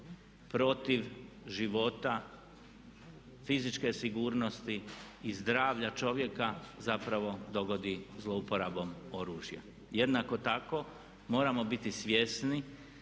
protiv života, fizičke sigurnosti i zdravlja čovjeka zapravo dogodi zlouporabom oružja. Jednako tako moramo biti svjesni